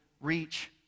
reach